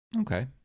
Okay